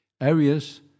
areas